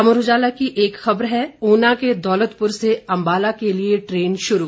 अमर उजाला की एक खबर है ऊना के दौलतपुर से अंबाला के लिए ट्रेन शुरू